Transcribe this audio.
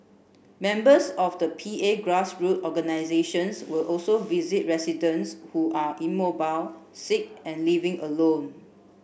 members of the P A grass root organisations will also visit residents who are immobile sick and living alone